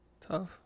Tough